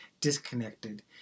disconnected